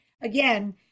again